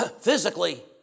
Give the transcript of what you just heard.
Physically